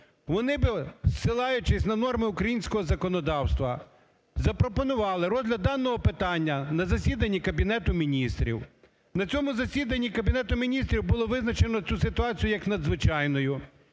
Вони, посилаючись на норми українського законодавства, запропонували розгляд даного питання на засіданні Кабінету Міністрів. На цьому засіданні Кабінету Міністрів було визначено цю ситуацію як надзвичайну